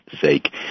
sake